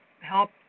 help